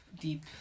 deep